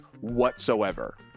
whatsoever